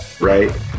right